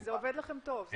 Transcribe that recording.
וזה עובד לכם טוב.